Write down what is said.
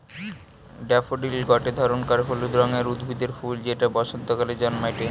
daffodil গটে ধরণকার হলুদ রঙের উদ্ভিদের ফুল যেটা বসন্তকালে জন্মাইটে